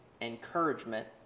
Encouragement